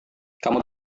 kamu